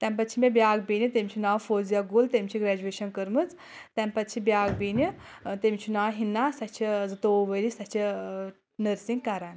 تَمہِ پتہٕ چھِ مےٚ بِیَاکھ بیٚنہِ تٔمۍ چھُ ناو فوزِیا گُل تٔمۍ چھِ گرِیٚجوَیٚشَن کٔرمٕژ تمہِ پتہٕ چھِ بِیَاکھ بیٚنہِ تٔمِس چھُ ناو ہِنا سۄ چھِ زٕتووُہ ؤری سۄ چھِ نٔرسِنٛگ کران